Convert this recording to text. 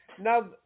Now